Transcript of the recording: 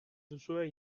duzue